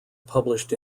published